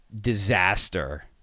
disaster